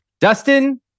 Dustin